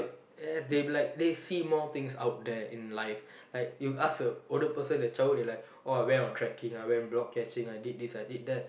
yes they be like they see more things out there in life like you ask a older person their childhood they like oh I went on trekking I went block catching I did this I did that